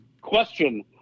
Question